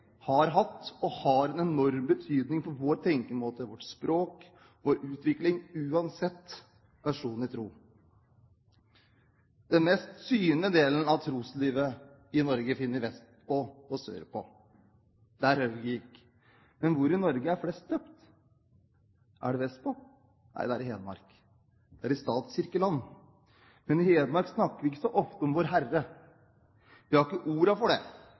har hatt og har en enorm betydning for vår tenkemåte, vårt språk og vår utvikling uansett personlig tro. Den mest synlige delen av troslivet i Norge finner vi vestpå og sørpå, der Hauge gikk. Men hvor i Norge er flest døpt? Er det vestpå? Nei, det er i Hedmark – det er i statskirkeland. Men i Hedmark snakker vi ikke så ofte om Vårherre. Vi har ikke ordene for det.